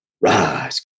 rise